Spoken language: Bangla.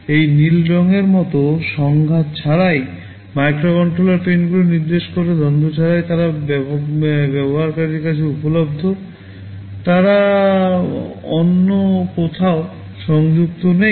এই নীল রঙের মতো সংঘাত ছাড়াই মাইক্রোকন্ট্রোলার পিনগুলি নির্দেশ করে দ্বন্দ্ব ছাড়াই তারা ব্যবহারকারীর কাছে উপলব্ধ তারা অন্য কোথাও সংযুক্ত নেই